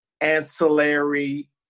ancillary